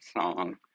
song